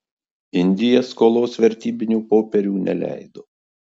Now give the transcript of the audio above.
indija skolos vertybinių popierių neleido